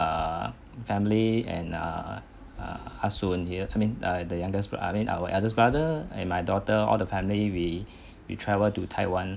err family and err err ah soon I mean the youngest bro~ I mean our eldest brother and my daughter all the family we we travel to taiwan